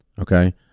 Okay